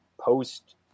post